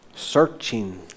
searching